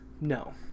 No